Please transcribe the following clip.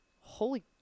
holy